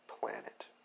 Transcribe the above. planet